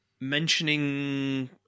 mentioning